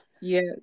Yes